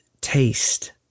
Taste